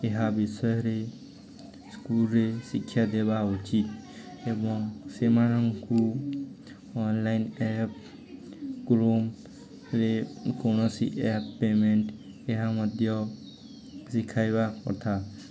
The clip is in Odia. ଏହା ବିଷୟରେ ସ୍କୁଲ୍ରେ ଶିକ୍ଷା ଦେବା ଉଚିତ ଏବଂ ସେମାନଙ୍କୁ ଅନଲାଇନ୍ ଆପ୍ କ୍ରୋମରେ କୌଣସି ଆପ୍ ପେମେଣ୍ଟ ଏହା ମଧ୍ୟ ଶିଖାଇବା କଥା